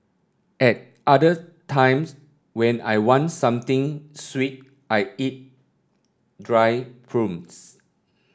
at other times when I want something sweet I eat dried prunes